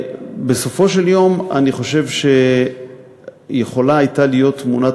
ובסופו של יום אני חושב שיכולה הייתה להיות תמונת